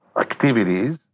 activities